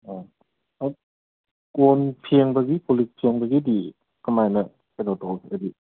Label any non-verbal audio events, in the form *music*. ꯑꯣ *unintelligible* ꯀꯣꯟ ꯐꯦꯡꯕꯒꯤ ꯀꯣꯂꯤꯛ ꯐꯦꯡꯕꯒꯤꯗꯤ ꯀꯃꯥꯏꯅ ꯀꯩꯅꯣ ꯇꯧꯏ ꯍꯥꯏꯗꯤ